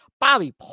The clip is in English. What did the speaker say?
Bobby